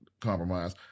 Compromise